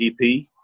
EP